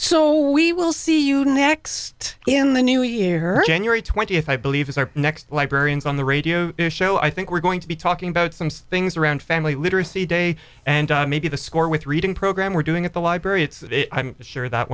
so we will see you next in the new year january twentieth i believe is our next librarians on the radio show i think we're going to be talking about some things around family literacy day and maybe the score with reading program we're doing at the library it's a i'm sure that